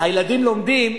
הילדים לומדים,